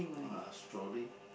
ah strolling